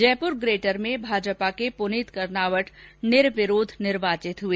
Jaipur Greater में भाजपा के पुनीत कर्नावट निर्विरोध निर्वाचित हुए